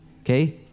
okay